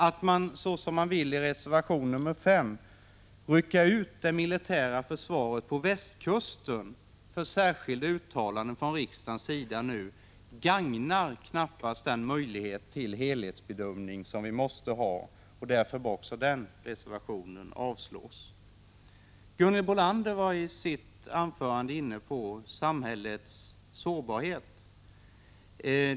Att, så som man vill i reservation nr 5, rycka ut det militära försvaret på västkusten och nu göra särskilda uttalanden från riksdagens sida gagnar knappast den möjlighet till en helhetsbedömning som vi måste ha. Därför bör också den reservationen avslås. Gunhild Bolander var i sitt anförande inne på samhällets sårbarhet.